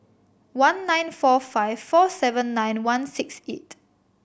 one nine four five four seven nine one six eight